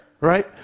right